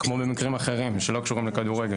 כמו במקרים אחרים שלא קשורים לכדורגל?